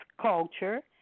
culture